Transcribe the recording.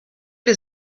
les